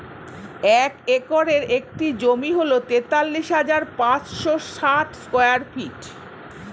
এক একরের একটি জমি হল তেতাল্লিশ হাজার পাঁচশ ষাট স্কয়ার ফিট